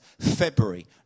February